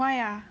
why ah